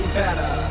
better